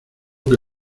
que